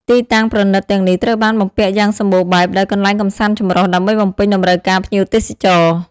ទីតាំងប្រណីតទាំងនេះត្រូវបានបំពាក់យ៉ាងសម្បូរបែបដោយ កន្លែងកម្សាន្តចម្រុះ ដើម្បីបំពេញតម្រូវការភ្ញៀវទេសចរ។